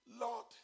Lord